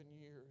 years